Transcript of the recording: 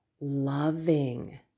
Loving